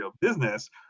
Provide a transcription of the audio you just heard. business